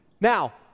Now